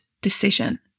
decision